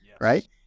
right